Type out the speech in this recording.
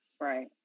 right